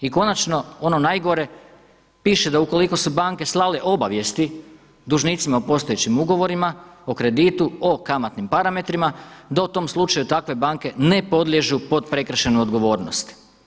I konačno, ono najgore, piše da ukoliko su banke slale obavijesti dužnicima u postojećim ugovorima o kreditu o kamatnim parametrima, da u tom slučaju takve banke ne podliježu pod prekršajnu odgovornost.